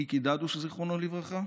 מיקי דדוש, זיכרונו לברכה,